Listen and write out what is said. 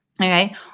okay